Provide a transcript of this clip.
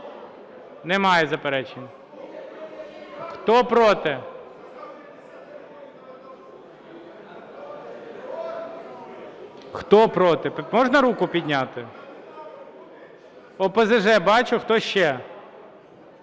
Немає заперечень. Хто – проти? Хто – проти, можна руку підняти. ОПЗЖ – бачу. Хто ще?